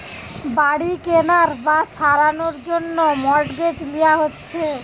বাড়ি কেনার বা সারানোর জন্যে মর্টগেজ লিয়া হচ্ছে